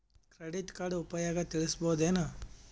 Credit card ಉಪಯೋಗ ತಿಳಸಬಹುದೇನು?